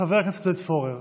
חבר הכנסת עודד פורר,